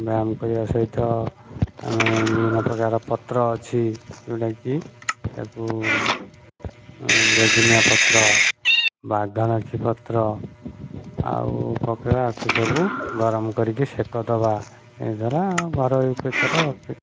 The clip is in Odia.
ବ୍ୟାୟାମ କରିବା ସହିତ ଆମେ ବିଭିନ୍ନ ପ୍ରକାର ପତ୍ର ଅଛି ଯେଉଁଟାକି ତାକୁ ବେଗୁନିଆ ପତ୍ର ବାଘନଖି ପତ୍ର ଆଉ ପକାଇବା ୟାକୁ ସବୁ ଗରମ କରିକି ସେକ ଦେବା ଏଦ୍ୱାରା ଘରୋଇ ଉପଚାର